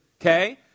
Okay